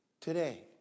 today